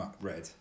Red